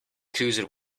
cruiser